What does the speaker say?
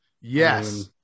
yes